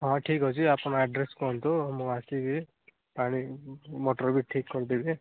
ହଁ ଠିକ୍ ଅଛି ଆପଣ ଆଡ଼୍ରେସ୍ କୁହନ୍ତୁ ମୁଁ ଆସିକି ପାଣି ମଟର ବି ଠିକ୍ କରିଦେବି